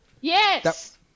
Yes